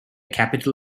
capital